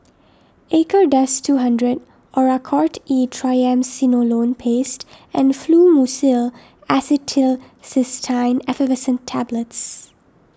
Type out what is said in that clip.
Acardust two hundred Oracort E Triamcinolone Paste and Fluimucil Acetylcysteine Effervescent Tablets